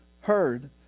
heard